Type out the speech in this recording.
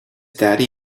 daddy